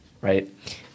right